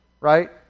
right